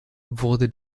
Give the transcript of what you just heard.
wurde